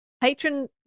patron